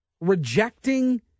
rejecting